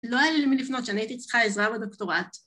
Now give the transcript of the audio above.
‫לא היה לי מי לפנות ‫כשאני הייתי צריכה עזרה בדוקטורט.